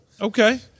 Okay